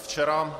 Včera